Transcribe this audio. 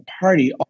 party